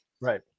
right